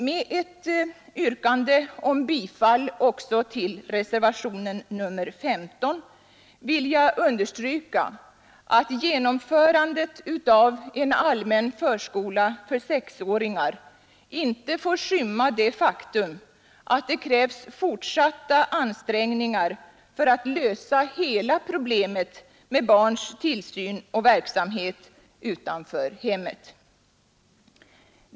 Med ett yrkande om bifall även till reservationen 15 vill jag understryka att genomförandet av en allmän förskola för sexåringar inte får skymma det faktum att det krävs fortsatta ansträngningar för att lösa hela problemet med barns tillsyn och verksamhet utanför hemmet.